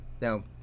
Now